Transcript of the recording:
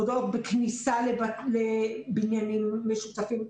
מודעות בכניסה לבניינים משותפים,